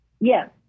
Yes